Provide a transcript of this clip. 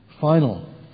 final